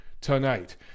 tonight